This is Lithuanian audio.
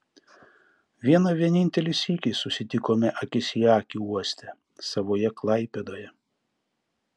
vieną vienintelį sykį susitikome akis į akį uoste savoje klaipėdoje